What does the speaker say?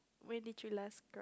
when did you last